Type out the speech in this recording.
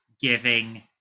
giving